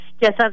Yes